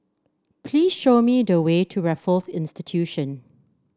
please show me the way to Raffles Institution